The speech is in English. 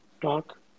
Talk